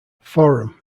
forum